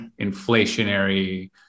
inflationary